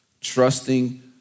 Trusting